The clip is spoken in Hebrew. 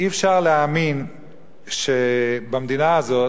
אי-אפשר להאמין שבמדינה הזו,